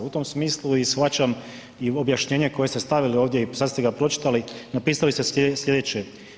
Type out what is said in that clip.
U tom smislu shvaćam i objašnjenje koje ste stavili ovdje i sad ste ga pročitali, napisali ste slijedeće.